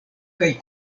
kaj